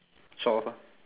twelve ah